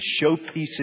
showpieces